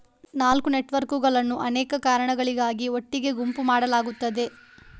ನಾಲ್ಕು ನೆಟ್ವರ್ಕುಗಳನ್ನು ಅನೇಕ ಕಾರಣಗಳಿಗಾಗಿ ಒಟ್ಟಿಗೆ ಗುಂಪು ಮಾಡಲಾಗುತ್ತದೆ